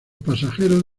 pasajeros